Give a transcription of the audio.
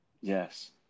Yes